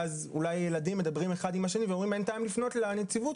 ואז אולי ילדים מדברים אחד עם השני ואומרים שאין טעם לפנות לנציבות,